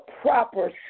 proper